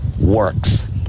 works